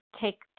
take